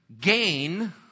Gain